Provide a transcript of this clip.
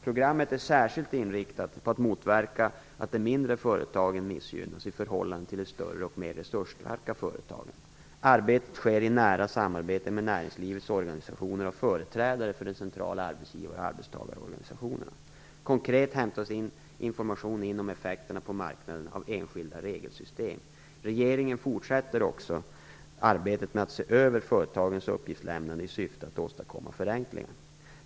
Programmet är särskilt inriktat på att motverka att de mindre företagen missgynnas i förhållande till de större och mer resursstarka företagen. Arbetet sker i nära samarbete med näringslivets organisationer och företrädare för de centrala arbetsgivar och arbetstagarorganisationerna. Konkret hämtas information in om effekterna på marknaden av enskilda regelsystem. Regeringen fortsätter också arbetet med att se över företagens uppgiftslämnande i syfte att åstadkomma förenklingar.